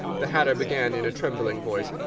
the hatter began, in a trembling voice,